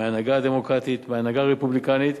מההנהגה הדמוקרטית,